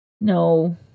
no